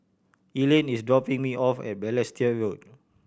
Elaina is dropping me off at Balestier Road